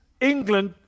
England